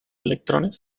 electrones